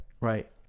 right